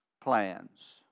plans